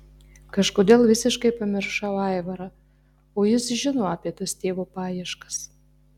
kažkodėl visiškai pamiršau aivarą o jis žino apie tas tėvo paieškas